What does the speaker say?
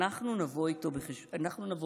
אנחנו נבוא איתו חשבון.